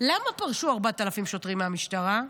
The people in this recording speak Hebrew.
למה פרשו 4,000 שוטרים מהמשטרה?